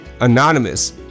anonymous